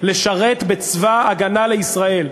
לשרת בצבא-הגנה לישראל,